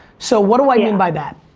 so what do i yeah mean by that?